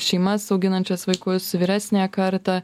šeimas auginančias vaikus vyresniąją kartą